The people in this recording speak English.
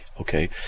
Okay